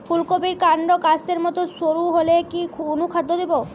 ফুলকপির কান্ড কাস্তের মত সরু হলে কি অনুখাদ্য দেবো?